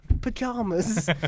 pajamas